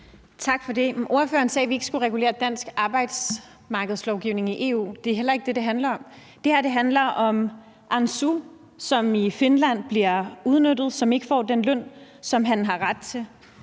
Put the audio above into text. Tak for det. Ordføreren sagde, at vi ikke skulle regulere dansk arbejdsmarkedslovgivning i EU. Det er heller ikke det, det handler om. Det her handler om Ansu, som i Finland bliver udnyttet, og som ikke får den løn, som han har ret til.